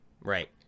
Right